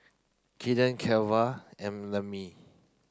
Keandre Cleva and Lemmie